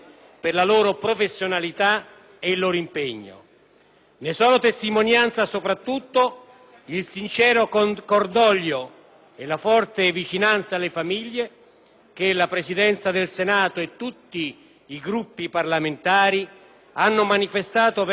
Ne sono testimonianza, soprattutto, il sincero cordoglio e la forte vicinanza alle famiglie che la Presidenza del Senato e tutti i Gruppi parlamentari hanno manifestato verso le Forze armate e di polizia nei casi,